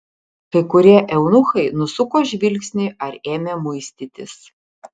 kai kurie eunuchai nusuko žvilgsnį ar ėmė muistytis